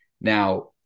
Now